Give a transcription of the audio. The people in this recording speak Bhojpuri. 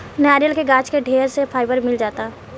नारियल के गाछ से ढेरे फाइबर मिल जाला